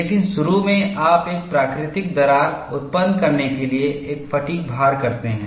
लेकिन शुरू में आप एक प्राकृतिक दरार उत्पन्न करने के लिए एक फ़ैटिग् भार करते हैं